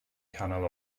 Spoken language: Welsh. canol